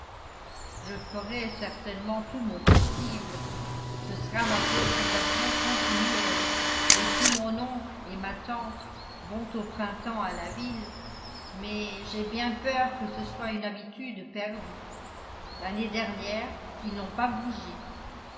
je ferai certainement tout mon possible ce sera ma préoccupation continuelle et si mon oncle et ma tante vont au printemps à la ville mais j'ai bien peur que ce soit une habitude perdue l'année dernière ils n'ont pas bougé